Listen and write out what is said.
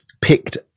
picked